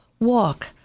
Walk